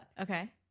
Okay